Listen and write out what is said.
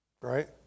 Right